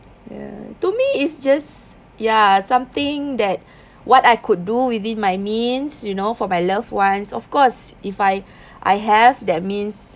ya to me it's just ya something that what I could do within my means you know for my loved ones of course if I I have that means